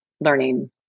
learning